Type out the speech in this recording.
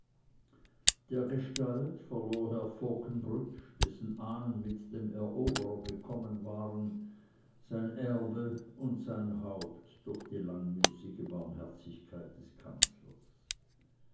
dergestalt verlor herr fauconbridge dessen ahnen mit dem eroberer gekommen waren sein erbe und sein haupt durch die langmütige barmherzigkeit des kanzlers